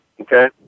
okay